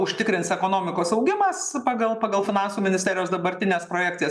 užtikrins ekonomikos augimas pagal pagal finansų ministerijos dabartines projekcijas